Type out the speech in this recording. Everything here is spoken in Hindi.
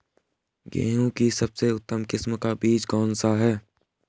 गेहूँ की सबसे उत्तम किस्म का बीज कौन सा होगा?